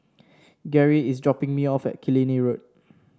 Gerry is dropping me off at Killiney Road